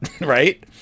right